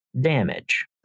damage